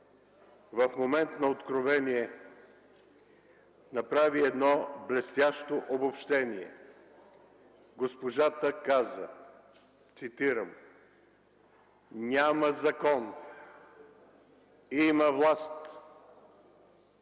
в момент на откровение направи едно блестящо обобщение. Госпожата каза, цитирам: „Няма закон, има власт!”.